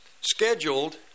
scheduled